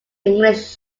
english